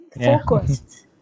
focused